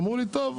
אמרו לי טוב,